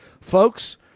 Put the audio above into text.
folks